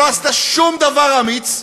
שלא עשתה שום דבר אמיץ,